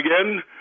again